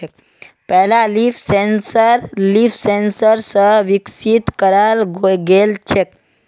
पहला leaf sensor LeafSense स विकसित कराल गेल छेक